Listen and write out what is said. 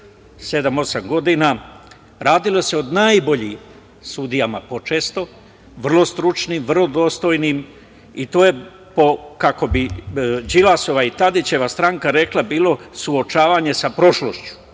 7,8 godina, radilo se o najboljim sudijama, često vrlo stručnim i vrlo dostojnim, i to je, kako bi Đilasova i Tadićeva stranka rekla, bilo suočavanje sa prošlošću,